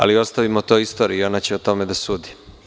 Ali, ostavimo to istoriji, ona će o tome da sudi.